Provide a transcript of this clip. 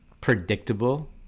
predictable